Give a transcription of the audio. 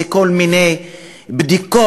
זה כל מיני בדיקות,